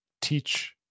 teach